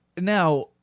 now